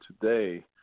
today